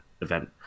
event